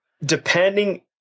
depending